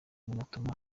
binatuma